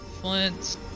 Flint